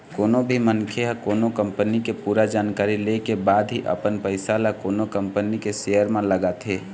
कोनो भी मनखे ह कोनो कंपनी के पूरा जानकारी ले के बाद ही अपन पइसा ल कोनो कंपनी के सेयर म लगाथे